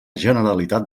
generalitat